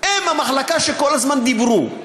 הם המחלקה שכל הזמן דיברו.